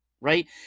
right